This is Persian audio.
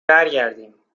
برگردیم